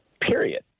Period